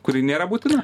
kuri nėra būtina